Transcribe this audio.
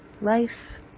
Life